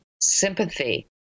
sympathy